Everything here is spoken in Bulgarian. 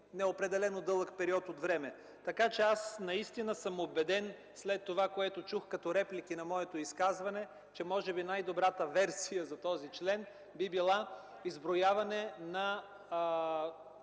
неопределено дълъг период от време. Наистина съм убеден, след това, което чух като реплики на моето изказване, че може би най-добрата версия за този член би била изброяване на